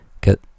get